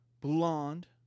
blonde